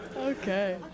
okay